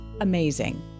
amazing